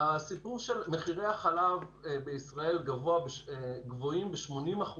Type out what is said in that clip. הסיפור שמחירי החלב בישראל גבוהים ב-80%,